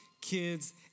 kids